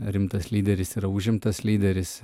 rimtas lyderis yra užimtas lyderis